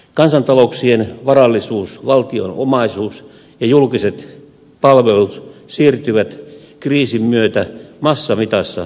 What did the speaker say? kansantalouksien varallisuus valtion omaisuus ja julkiset palvelut siirtyvät kriisin myötä massamitassa yksityisiin käsiin